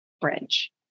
bridge